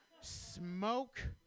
smoke